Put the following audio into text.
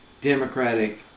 democratic